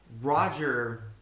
Roger